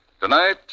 Tonight